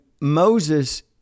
Moses